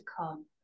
come